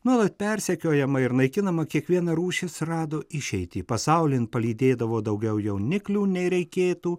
nuolat persekiojama ir naikinama kiekviena rūšis rado išeitį pasaulin palydėdavo daugiau jauniklių nei reikėtų